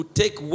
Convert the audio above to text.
take